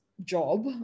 job